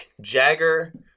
Jagger